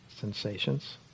sensations